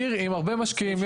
עיר עם הרבה משקיעים.